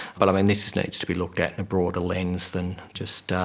but, i mean, this this needs to be looked at in a broader lens than just,